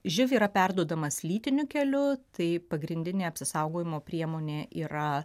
živ yra perduodamas lytiniu keliu tai pagrindinė apsisaugojimo priemonė yra